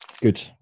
Good